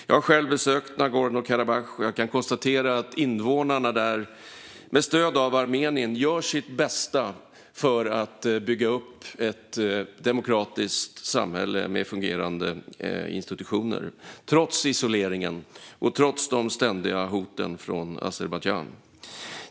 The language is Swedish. Jag har själv besökt Nagorno-Karabach och kan konstatera att invånarna där, med stöd av Armenien, gör sitt bästa för att bygga upp ett demokratiskt samhälle med fungerande institutioner, trots isoleringen och trots de ständiga hoten från Azerbajdzjan.